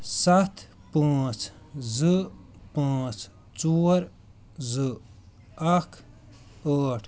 سَتھ پانٛژھ زٕ پانٛژھ ژور زٕ اَکھ ٲٹھ